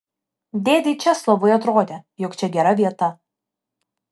dėdei česlovui atrodė jog čia gera vieta